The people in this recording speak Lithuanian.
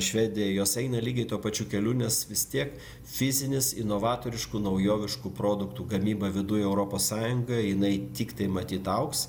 švedija jos eina lygiai tuo pačiu keliu nes vis tiek fizinis įnovatoriškų naujoviškų produktų gamyba viduj europos sąjungoj jinai tiktai matyt augs